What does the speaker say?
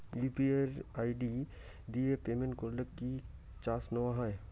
UPI ID দিয়ে payment করলে কি চার্জ নেয়া হয়?